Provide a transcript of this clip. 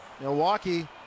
Milwaukee